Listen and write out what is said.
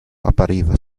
appariva